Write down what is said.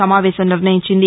సమావేశం నిర్ణయించింది